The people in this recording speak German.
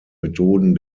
methoden